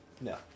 No